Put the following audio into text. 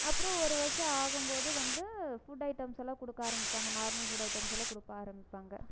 அப்புறோம் ஒரு வர்ஷம் ஆகும்போது வந்து ஃபுட் ஐட்டம்ஸ் எல்லாம் கொடுக்க ஆரமிப்பாங்க நார்மல் ஃபுட் ஐட்டம்ஸ் எல்லாம் கொடுக்க ஆரமிப்பாங்க